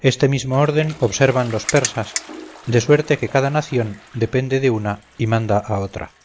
este mismo orden observan los persas de suerte que cada nación depende de una y manda a otra